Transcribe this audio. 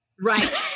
right